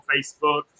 Facebook